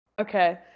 Okay